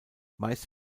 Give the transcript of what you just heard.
meist